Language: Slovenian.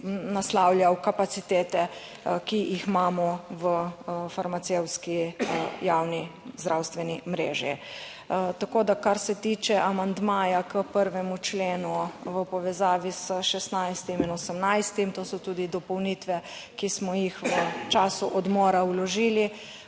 naslavljal kapacitete, ki jih imamo v farmacevtski javni zdravstveni mreži. Tako, da kar se tiče amandmaja k 1. členu v povezavi s 16. in 18., to so tudi dopolnitve, ki smo jih v času odmora vložili,